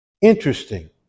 Interesting